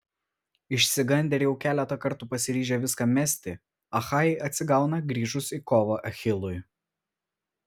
išsigandę ir jau keletą kartų pasiryžę viską mesti achajai atsigauna grįžus į kovą achilui